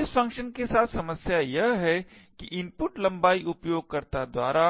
इस फ़ंक्शन के साथ समस्या यह है कि इनपुट लंबाई उपयोगकर्ता द्वारा